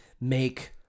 make